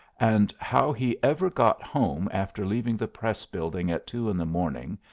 and how he ever got home after leaving the press building at two in the morning,